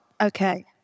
Okay